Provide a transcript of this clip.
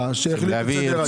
נתקדם.